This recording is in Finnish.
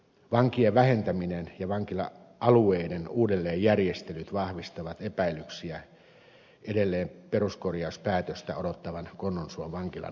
vankien vähentäminen ja vankila alueiden uudelleenjärjestelyt vahvistavat epäilyksiä peruskorjauspäätöstä edelleen odottavan konnunsuon vankilan jatkosta